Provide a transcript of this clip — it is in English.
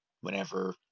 whenever